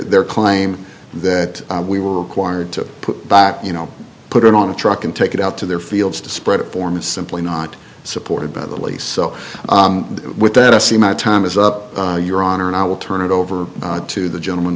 they're claiming that we were required to put back you know put it on a truck and take it out to their fields to spread it form is simply not supported by the lease so with that i see my time is up your honor and i will turn it over to the gentleman